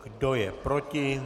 Kdo je proti?